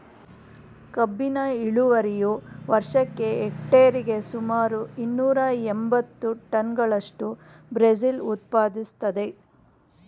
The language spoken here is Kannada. ಕಬ್ಬಿನ ಇಳುವರಿಯು ವರ್ಷಕ್ಕೆ ಹೆಕ್ಟೇರಿಗೆ ಸುಮಾರು ಇನ್ನೂರ ಎಂಬತ್ತು ಟನ್ಗಳಷ್ಟು ಬ್ರೆಜಿಲ್ ಉತ್ಪಾದಿಸ್ತದೆ